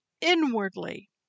inwardly